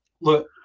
Look